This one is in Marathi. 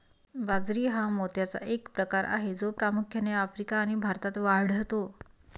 बाजरी हा मोत्याचा एक प्रकार आहे जो प्रामुख्याने आफ्रिका आणि भारतात वाढतो